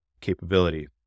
capability